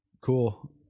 Cool